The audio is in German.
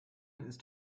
ist